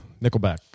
Nickelback